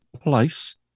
place